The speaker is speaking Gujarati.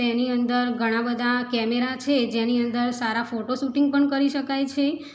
તેની અંદર ઘણા બધા કેમેરા છે જેની અંદર સારા ફોટો શૂટિંગ પણ કરી શકાય છે